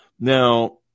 Now